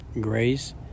Grace